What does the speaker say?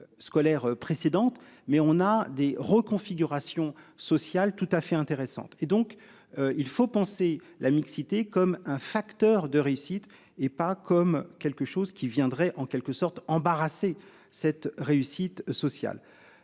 Scolaire précédente mais on a des reconfigurations sociales tout à fait intéressante et donc il faut penser la mixité comme un facteur de réussite et pas comme quelque chose qui viendrait en quelque sorte embarrassé cette réussite sociale.